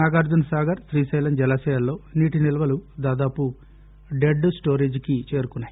నాగార్లునసాగర్ శ్రీశైలం జలాశయాల్లో నీటి నిల్వలు దాదాపు డెడ్ స్లోరేజికి చేరుకున్నాయి